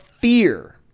fear